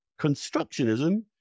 constructionism